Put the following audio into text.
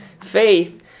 Faith